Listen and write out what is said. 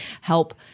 help